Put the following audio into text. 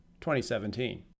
2017